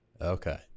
Okay